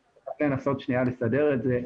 עוד שנייה אני אסדר את זה.